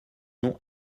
nom